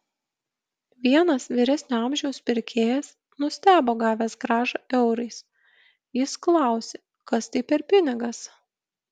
vienas vyresnio amžiaus pirkėjas nustebo gavęs grąžą eurais jis klausė kas tai per pinigas